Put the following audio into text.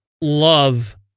love